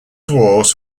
dwarfs